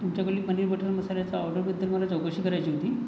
तुमच्याकडील पनीर बटर मसाल्याच्या ऑर्डरबद्दल मला चौकशी करायची होती